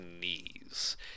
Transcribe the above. knees